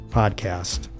podcast